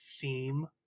theme